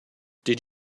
did